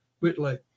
Whitley